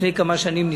לפני כמה שנים,